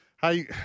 Hey